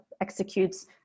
executes